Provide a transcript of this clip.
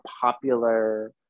popular